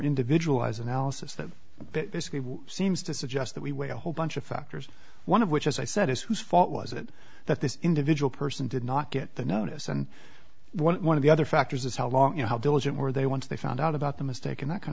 individualized analysis that basically seems to suggest that we weigh a whole bunch of factors one of which as i said is whose fault was it that this individual person did not get the notice and one of the other factors is how long or how diligent were they once they found out about the mistake in that kind